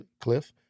cliff